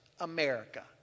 America